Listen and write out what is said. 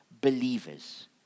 believers